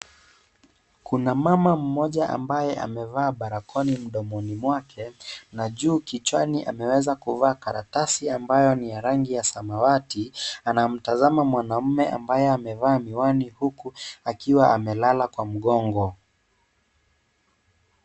Kuna mama mmoja ambaye amevaa barakoa mdomoni mwake na juu kichwani ameweza kuvaa karatasi ambayo ni ya rangi ya samawati. Anamtazama mwanaume ambaye amevaa miwani huku akiwa amelala kwa mgongo.